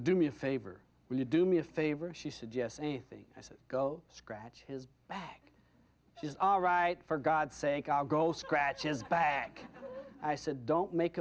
do me a favor really do me a favor she suggests anything i say go scratch his back she's alright for god's sake i'll go scratches back i said don't make